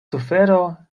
sufero